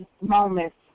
moments